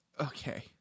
okay